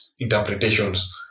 Interpretations